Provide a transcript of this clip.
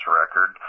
record